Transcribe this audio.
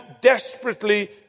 desperately